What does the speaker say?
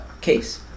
case